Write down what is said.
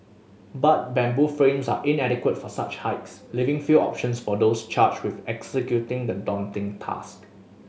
but bamboo frames are inadequate for such heights leaving few options for those charged with executing the daunting task